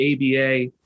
ABA